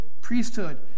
priesthood